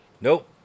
Nope